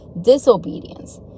disobedience